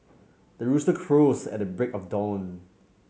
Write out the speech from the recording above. the rooster crows at the break of dawn